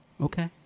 okay